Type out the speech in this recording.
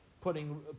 putting